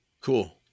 Cool